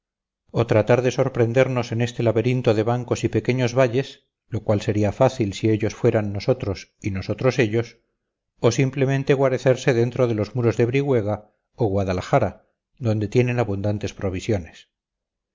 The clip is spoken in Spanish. o tratar de sorprendernos en este laberinto de bancos y pequeños valles lo cual sería fácil si ellos fueran nosotros y nosotros ellos o simplemente guarecerse dentro de los muros de brihuega o guadalajara donde tienen abundantes provisiones